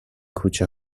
کوچه